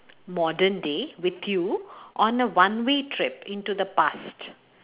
modern day with you on a one way trip into the past